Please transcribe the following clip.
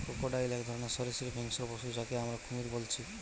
crocodile এক ধরণের সরীসৃপ হিংস্র পশু যাকে আমরা কুমির বলছি